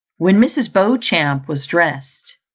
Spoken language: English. when mrs. beauchamp was dressed,